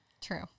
True